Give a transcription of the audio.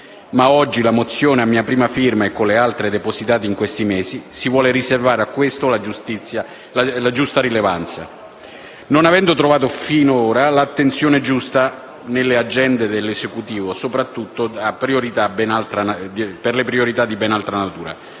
Ma oggi, con la mozione a mia prima firma e con le altre depositate in questi mesi, si vuole riservare a questo la giusta rilevanza, non avendo trovato finora l'attenzione giusta nelle agende dell'Esecutivo, sopraffatto per le priorità di ben altra natura.